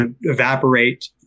evaporate